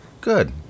Good